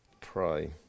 pray